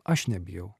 aš nebijau